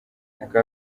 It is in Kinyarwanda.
aka